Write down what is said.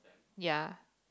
ya